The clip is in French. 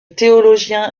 théologien